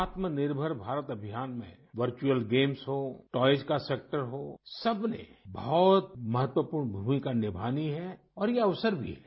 आत्मनिर्भर भारत अभियान में वर्चुअल गेम्स हों टॉय का सेक्टर हो सबने बहुत महत्वपूर्ण भूमिका निभानी है और ये अवसर भी है